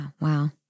wow